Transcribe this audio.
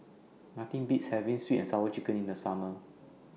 Nothing Beats having Sweet and Sour Chicken in The Summer